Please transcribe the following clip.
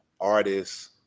artists